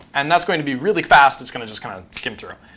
and that's going to be really fast. it's going to just kind of skim through.